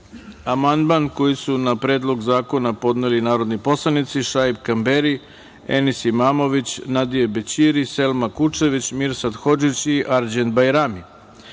amandman koji su na Predlog zakona podneli narodni poslanici: Šaip Kamberi, Enis Imamović, Nadije Bećiri, Selma Kučević, Mirsad Hodžić i Arđend Bajrami. Primili